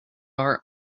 are